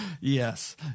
Yes